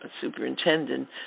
superintendent